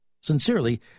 Sincerely